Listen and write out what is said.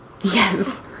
Yes